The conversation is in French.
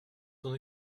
ton